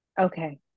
Okay